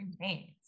remains